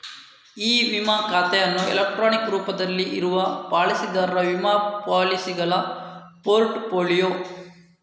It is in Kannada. ಇ ವಿಮಾ ಖಾತೆ ಅನ್ನುದು ಎಲೆಕ್ಟ್ರಾನಿಕ್ ರೂಪದಲ್ಲಿ ಇರುವ ಪಾಲಿಸಿದಾರರ ವಿಮಾ ಪಾಲಿಸಿಗಳ ಪೋರ್ಟ್ ಫೋಲಿಯೊ